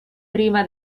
prima